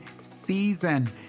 season